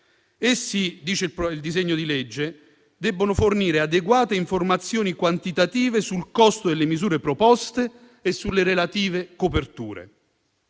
politica. Il disegno di legge dice che si devono fornire adeguate informazioni quantitative sul costo delle misure proposte e sulle relative coperture.